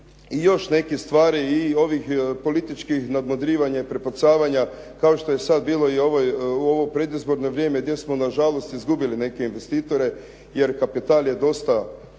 i još nekih stvari i ovih političkih nadmudrivanja i prepucavanja kao što je sad bilo i u ovo predizborno vrijeme gdje smo nažalost izgubili neke investitore jer kapital je dosta